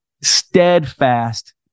steadfast